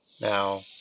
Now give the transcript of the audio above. now